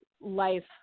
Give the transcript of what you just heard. life